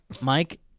Mike